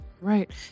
right